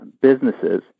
businesses